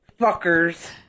fuckers